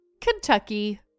Kentucky